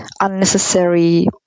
unnecessary